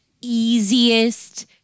easiest